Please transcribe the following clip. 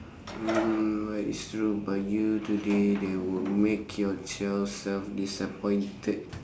mm what is true about you today that would make your child self disappointed